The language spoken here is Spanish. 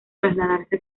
trasladarse